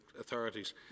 authorities